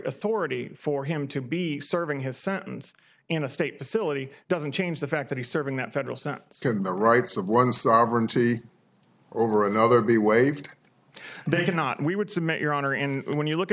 authority for him to be serving his sentence in a state facility doesn't change the fact that he's serving that federal sentence the rights of one sovereignty over another be waived they cannot and we would submit your honor and when you look at